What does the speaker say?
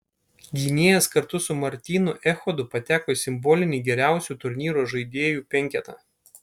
gynėjas kartu su martynu echodu pateko į simbolinį geriausių turnyro žaidėjų penketą